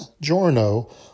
Giorno